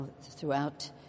throughout